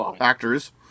actors